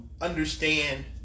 understand